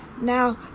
Now